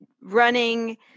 running